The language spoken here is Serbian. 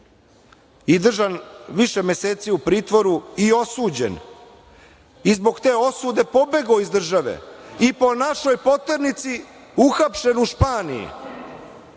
i držan više meseci u pritvoru i osuđen i zbog te osude pobegao iz države i po našoj poternici uhapšen u Španiji. Pa,